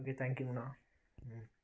okay தேங்க்யூங்கணா ம்